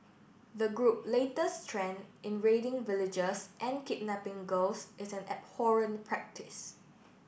the group latest trend in raiding villages and kidnapping girls is an abhorrent practice